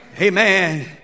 Amen